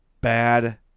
bad